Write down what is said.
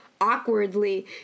awkwardly